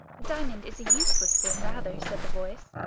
diamond is a useless thing rather, said the voice.